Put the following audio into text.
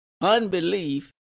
unbelief